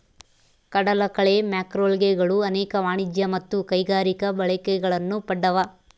ಕಡಲಕಳೆ ಮ್ಯಾಕ್ರೋಲ್ಗೆಗಳು ಅನೇಕ ವಾಣಿಜ್ಯ ಮತ್ತು ಕೈಗಾರಿಕಾ ಬಳಕೆಗಳನ್ನು ಪಡ್ದವ